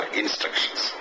instructions